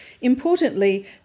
Importantly